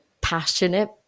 passionate